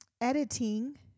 editing